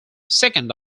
second